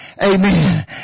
Amen